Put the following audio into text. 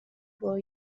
will